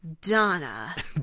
Donna